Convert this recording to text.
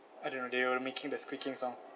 I don't know they were making the squeaking sound